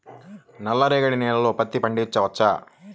నల్ల రేగడి నేలలో పత్తి పండించవచ్చా?